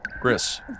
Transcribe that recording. Chris